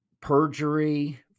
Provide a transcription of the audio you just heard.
perjury